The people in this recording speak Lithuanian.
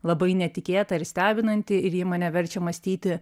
labai netikėta ir stebinanti ir ji mane verčia mąstyti